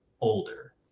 older